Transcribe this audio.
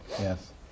Yes